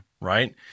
right